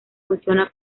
funciona